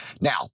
Now